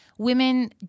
Women